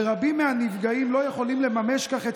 ורבים מהנפגעים לא יכולים לממש כך את